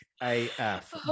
AF